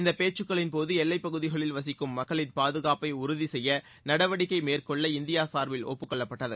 இந்த பேச்சுக்களின்போது எல்லைப்பகுதிகளில் வசிக்கும் மக்களின் பாதுகாப்பை உறுதிசெய்ய நடவடிக்கை மேற்கொள்ள இந்தியா சார்பில் ஒப்புக்கொள்ளப்பட்டது